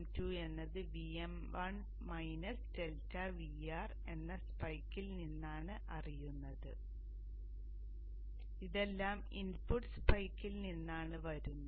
Vm2 എന്നത് Vm1 ∆Vr എന്ന സ്പെക്കിൽ നിന്നാണ് അറിയുന്നത് ഇതെല്ലാം ഇൻപുട്ട് സ്പെക്കിൽ നിന്നാണ് വരുന്നത്